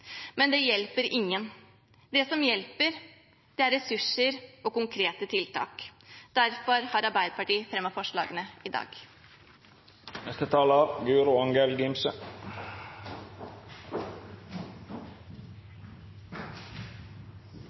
men det hjelper ingen. Det som hjelper, er ressurser og konkrete tiltak. Derfor har Arbeiderpartiet fremmet forslag i